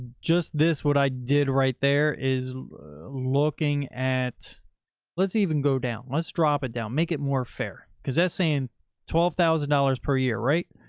just, this, what i did right there is looking at let's even go down, let's drop it down, make it more fair. cause that's saying twelve thousand dollars per year, right?